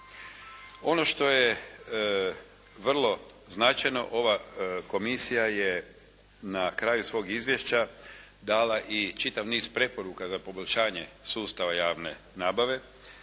Ono što je vrlo značajno ova komisija je na kraju svog izvješća dala i čitav niz preporuka za poboljšanje sustava javne nabave.